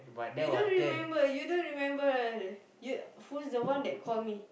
you don't remember you don't remember you who's the one that call me